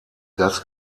das